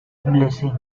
blessing